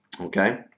Okay